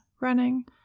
running